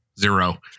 zero